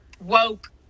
woke